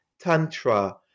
tantra